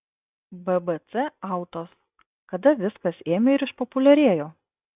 bbc autos kada viskas ėmė ir išpopuliarėjo